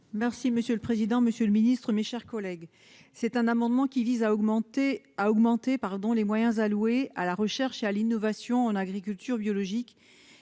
Merci monsieur le président, Monsieur le Ministre, mes chers collègues, c'est un amendement qui vise à augmenter, a augmenté, pardon, les moyens alloués à la recherche, à l'innovation en agriculture biologique